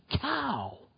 cow